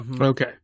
Okay